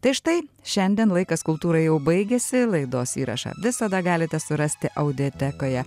tai štai šiandien laikas kultūrai jau baigėsi laidos įrašą visada galite surasti audiotekoje